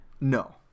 No